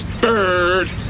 Bird